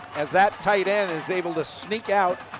as that tight end is able to sneak out.